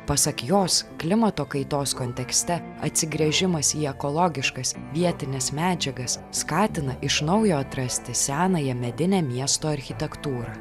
pasak jos klimato kaitos kontekste atsigręžimas į ekologiškas vietines medžiagas skatina iš naujo atrasti senąją medinę miesto architektūrą